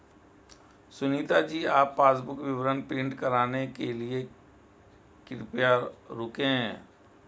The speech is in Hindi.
सुनीता जी आप पासबुक विवरण प्रिंट कराने के लिए कृपया रुकें